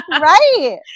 Right